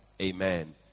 amen